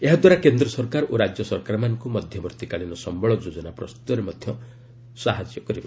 ଏହାଦ୍ୱାରା କେନ୍ଦ୍ର ସରକାର ଓ ରାଜ୍ୟ ସରକାରମାନଙ୍କୁ ମଧ୍ୟବର୍ତ୍ତୀକାଳୀନ ସମ୍ଭଳ ଯୋଜନା ପ୍ରସ୍ତୁତରେ ଏହା ମଧ୍ୟ ସହାୟକ ହେବ